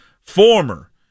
former